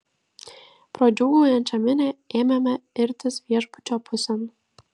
pro džiūgaujančią minią ėmėme irtis viešbučio pusėn